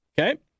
Okay